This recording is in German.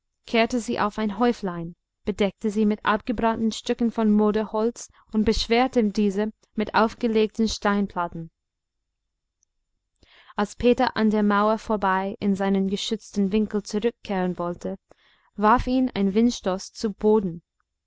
kehrte sie auf ein häuflein bedeckte sie mit abgebrannten stücken von moderholz und beschwerte diese mit aufgelegten steinplatten als peter an der mauer vorbei in seinen geschützten winkel zurückkehren wollte warf ihn ein windstoß zu boden